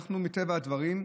מטבע הדברים,